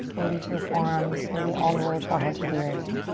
maybe to the forearms, maybe all the way forehead to the earth.